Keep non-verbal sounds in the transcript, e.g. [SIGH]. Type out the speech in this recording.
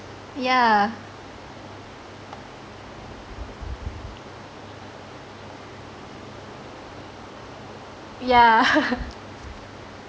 yeah yeah [LAUGHS]